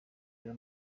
biba